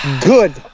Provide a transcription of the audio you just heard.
Good